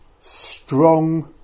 strong